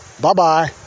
Bye-bye